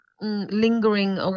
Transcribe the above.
lingering